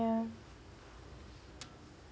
ya